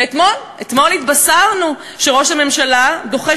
ואתמול אתמול התבשרנו שראש הממשלה דוחה